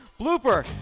Blooper